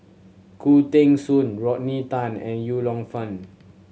Khoo Teng Soon Rodney Tan and Yong Lew Foong